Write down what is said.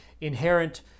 inherent